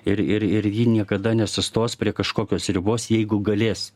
ir ir ji niekada nesustos prie kažkokios ribos jeigu galės